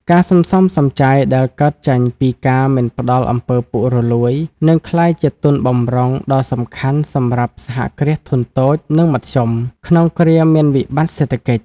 ការសន្សំសំចៃដែលកើតចេញពីការមិនផ្ដល់ អំពើពុករលួយ នឹងក្លាយជាទុនបម្រុងដ៏សំខាន់សម្រាប់ សហគ្រាសធុនតូច និងមធ្យម ក្នុងគ្រាមានវិបត្តិសេដ្ឋកិច្ច។